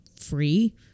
free